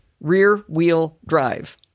Rear-wheel-drive